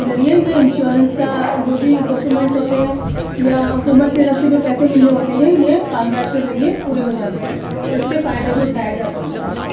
ذریعے یہ انشورنس کا جو بھی ڈاکیومنٹ ہوتے ہیں یا حکومت کی طرف سے جو پیسے ملے ہوتے ہیں یہ کاغذات کے ذریعے پورے ہو جاتے ہیں اور اس سے فائدہ بھی اٹھایا جا سکتا ہے